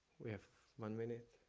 we have one minute?